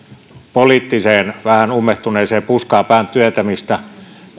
poliittiseen vähän ummehtuneeseen puskaan pään työntämistä